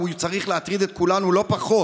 והוא צריך להטריד את כולנו לא פחות,